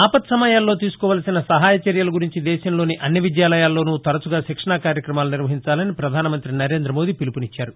ఆపత్సమయాల్లో తీసుకోవాల్సిన సహాయ చర్యల గురించి దేశంలోని అన్ని విద్యాలయాల్లోనూ తరచుగా శిక్షణా కార్యక్రమాలు నిర్వహించాలని ప్రధానమంతి నరేందమోదీ పిలుపునిచ్చారు